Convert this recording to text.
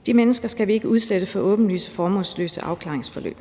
og de mennesker skal vi ikke udsætte for åbenlyst formålsløse afklaringsforløb.